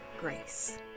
grace